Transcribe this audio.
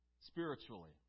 spiritually